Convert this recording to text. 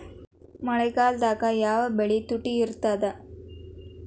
ಮಳೆಗಾಲದಾಗ ಯಾವ ಬೆಳಿ ತುಟ್ಟಿ ಇರ್ತದ?